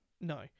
No